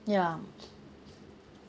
ya